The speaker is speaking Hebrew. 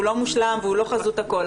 הוא לא מושלם והוא לא חזות הכול,